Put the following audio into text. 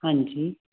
ਹਾਂਜੀ